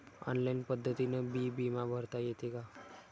Online पद्धतीनं बी बिमा भरता येते का?